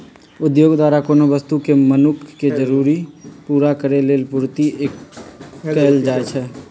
उद्योग द्वारा कोनो वस्तु के मनुख के जरूरी पूरा करेलेल पूर्ति कएल जाइछइ